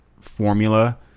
Formula